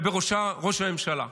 ובראשה ראש הממשלה.